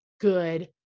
good